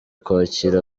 kwakira